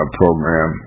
program